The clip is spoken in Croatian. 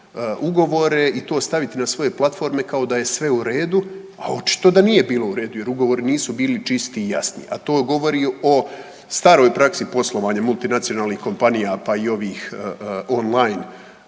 ugovore i to staviti na svoje platforme kao da je sve u redu, a očito da nije bilo u redu jer ugovori nisu bili čisti i jasni, a to govori o staroj praksi poslovanja multinacionalnih kompanija, pa i ovih on-line